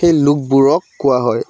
সেই লোকবোৰক কোৱা হয়